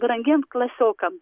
brangiem klasiokam